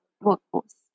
workforce